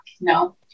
No